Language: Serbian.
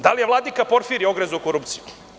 Da li je vladika Portfirije ogrezao u korupciji?